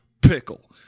pickle